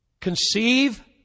conceive